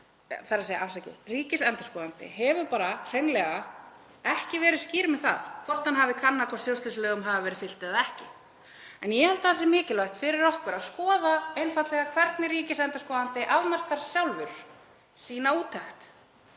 að taka mark á því. Ríkisendurskoðandi hefur hreinlega ekki verið skýr með það hvort hann hafi kannað hvort stjórnsýslulögum hafi verið fylgt eða ekki. En ég held að það sé mikilvægt fyrir okkur að skoða einfaldlega hvernig ríkisendurskoðandi afmarkar sjálfur sína úttekt.